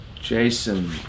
Jason